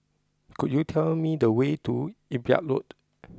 could you tell me the way to Imbiah Road